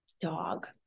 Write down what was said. dog